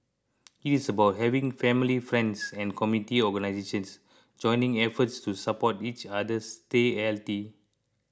it is about having family friends and community organisations joining efforts to support each other stay healthy